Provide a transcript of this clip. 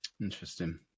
Interesting